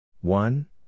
One